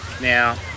Now